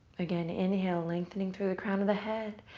again, inhale, lengthening through the crown of the head.